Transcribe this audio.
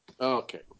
Okay